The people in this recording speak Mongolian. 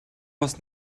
бас